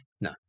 No